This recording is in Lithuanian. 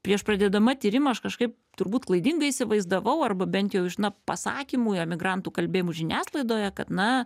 prieš pradėdama tyrimą aš kažkaip turbūt klaidingai įsivaizdavau arba bent jau iš na pasakymų emigrantų kalbėjimų žiniasklaidoje kad na